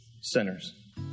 Sinners